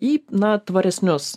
į na tvaresnius